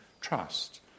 trust